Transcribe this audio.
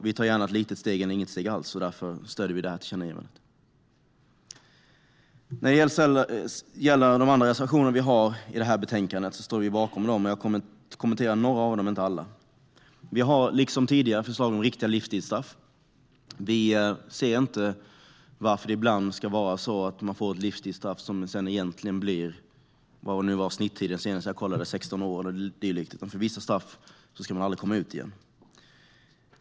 Vi tar hellre ett litet steg än inget alls, och därför stöder vi detta tillkännagivande. De andra reservationer vi har i det här betänkandet står vi bakom. Jag ska kommentera några av dem men inte alla. Liksom tidigare har vi förslag om riktiga livstidsstraff. Vi ser inte varför livstidsstraff ibland ska innebära 16 år, vilket var snittiden senast jag kollade, utan vissa straff ska innebära att man aldrig kommer ut igen.